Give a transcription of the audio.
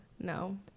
No